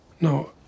No